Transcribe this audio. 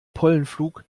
pollenflug